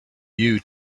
you